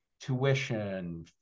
tuition